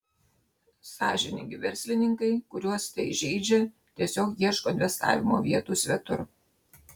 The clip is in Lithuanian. sąžiningi verslininkai kuriuos tai žeidžia tiesiog ieško investavimo vietų svetur